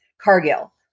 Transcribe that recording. Cargill